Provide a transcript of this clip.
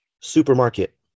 supermarket